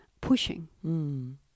pushing